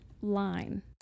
line